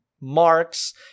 Marx